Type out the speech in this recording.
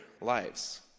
lives